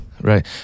Right